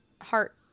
heart